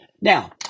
Now